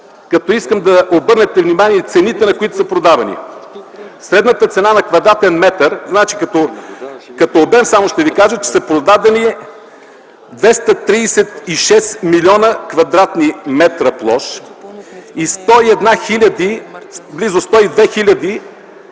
като искам да обърнете внимание на цените, на които са продавани. Средната цена на квадратен метър – като обем само ще ви кажа, че са продадени 236 млн. кв. м площ и близо 102 хил.